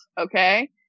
okay